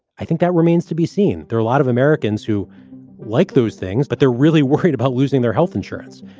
i think that remains to be seen. there are a lot of americans who like those things, but they're really worried about losing their health insurance.